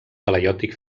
talaiòtic